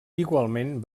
igualment